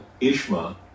Ishma